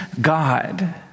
God